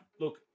look